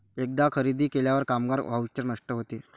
एकदा खरेदी केल्यावर कामगार व्हाउचर नष्ट होते